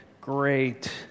Great